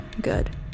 good